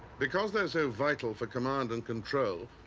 because they're so vital for command and control,